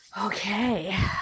Okay